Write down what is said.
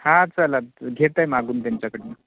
हा चला घेताय मागून त्यांच्याकडनं